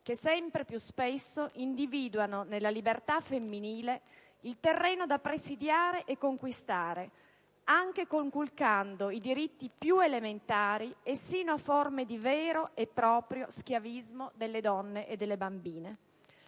che sempre più spesso individuano nella libertà femminile il terreno da presidiare e conquistare, anche conculcando i diritti più elementari, fino a forme di vero e proprio schiavismo delle donne e delle bambine.